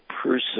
person